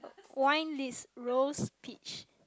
wine list rose peach